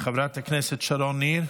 חברת הכנסת שרון ניר,